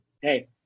Hey